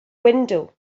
window